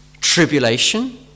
tribulation